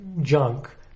junk